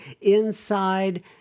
inside